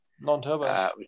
Non-turbo